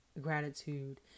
gratitude